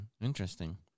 interesting